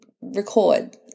record